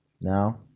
Now